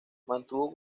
mantuvo